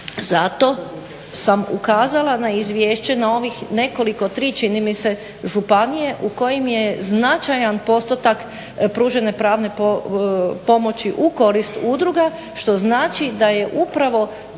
zato sam ukazala na izvješće na ovih nekoliko, tri čini mi se, županije u kojima je značajan postotak pružene pravne pomoći u korist udruga. Što znači da je upravo